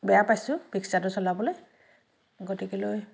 বেয়া পাইছোঁ মিক্সাৰটো চলাবলৈ গতিকেলৈ